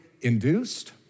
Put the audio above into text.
induced